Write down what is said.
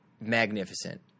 magnificent